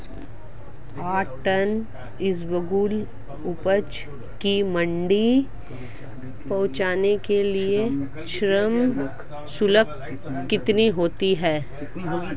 आठ टन इसबगोल की उपज को मंडी पहुंचाने के लिए श्रम शुल्क कितना होगा?